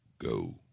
Go